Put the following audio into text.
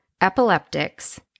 epileptics